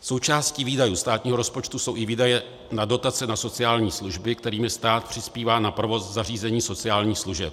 Součástí výdajů státního rozpočtu jsou i výdaje na dotace na sociální služby, kterými stát přispívá na provoz zařízení sociálních služeb.